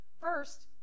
First